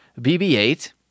bb-8